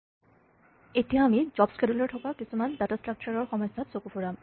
আমি এতিয়া job scheduler থকা কিছুমান ডাটা স্ট্ৰাক্সাৰৰ সমস্যাত চকু ফুৰাম